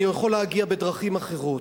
אני יכול להגיע בדרכים אחרות,